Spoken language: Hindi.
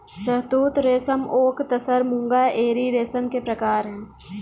शहतूत रेशम ओक तसर मूंगा एरी रेशम के प्रकार है